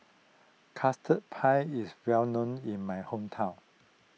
Custard Pie is well known in my hometown